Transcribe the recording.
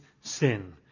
sin